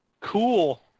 Cool